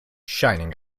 shining